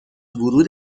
ورود